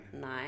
Nine